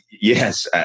yes